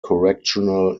correctional